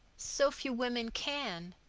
so few women can.